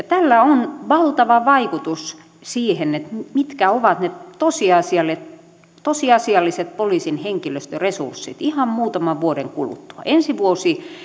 tällä on valtava vaikutus siihen mitkä ovat ne tosiasialliset tosiasialliset poliisin henkilöstöresurssit ihan muutaman vuoden kuluttua ensi vuosi